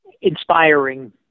inspiring